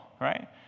right